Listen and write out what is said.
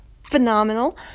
phenomenal